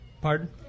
Pardon